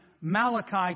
Malachi